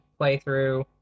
playthrough